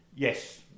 Yes